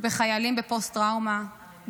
בחיילים בפוסט-טראומה,